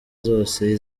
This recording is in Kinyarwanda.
zose